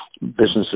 businesses